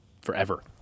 forever